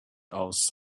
aus